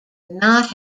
not